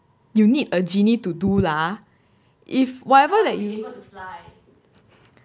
you need a genie to do lah if whatever that you